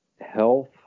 health